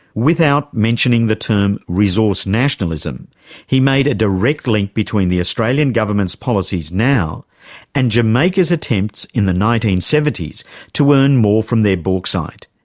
without mentioning the term resource nationalism he made a direct link between the australian government's policies now and jamaica's attempts in the nineteen seventy s to earn more from their bauxite.